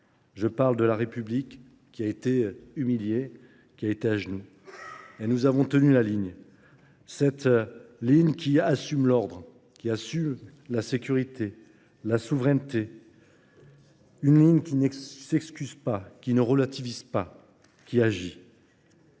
Je parle de la République qui a été humiliée, qui a été agenue. Nous avons tenu la ligne. Cette ligne qui assume l'ordre, qui assure la sécurité, la souveraineté, Une ligne qui ne s'excuse pas, qui ne relativise pas, qui agit.